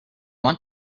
want